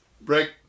Break